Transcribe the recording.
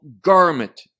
garment